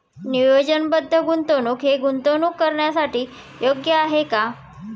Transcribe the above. नियोजनबद्ध गुंतवणूक हे गुंतवणूक करण्यासाठी योग्य आहे का?